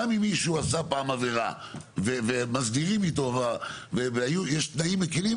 גם אם מישהו עשה פעם עבירה ומסדירים איתו ויש תנאים מקלים,